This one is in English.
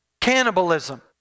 cannibalism